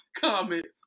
comments